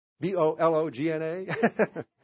B-O-L-O-G-N-A